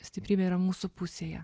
stiprybė yra mūsų pusėje